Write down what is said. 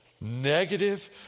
Negative